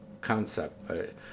concept